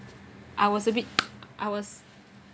I was a bit I was